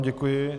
Děkuji.